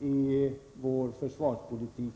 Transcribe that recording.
i vår försvarspolitik.